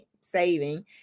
saving